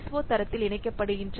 ஓ தரத்தில் இணைக்கப்பட்டுள்ளன